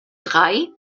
drei